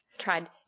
Tried